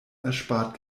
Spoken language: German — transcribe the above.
erspart